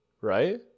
right